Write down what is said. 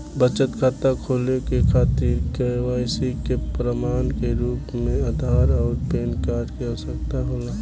बचत खाता खोले के खातिर केवाइसी के प्रमाण के रूप में आधार आउर पैन कार्ड के आवश्यकता होला